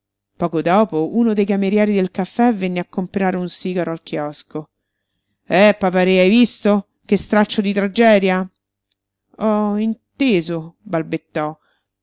poco dopo uno dei camerieri del caffè venne a comperare un sigaro al chiosco eh papa-re hai visto che straccio di tragedia ho inteso balbettò e non